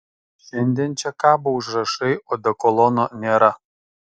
šiandien čia kabo užrašai odekolono nėra